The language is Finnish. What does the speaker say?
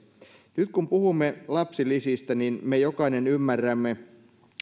nyt kun puhumme lapsilisistä me kaikki ymmärrämme